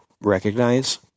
recognize